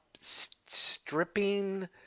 stripping